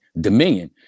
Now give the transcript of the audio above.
Dominion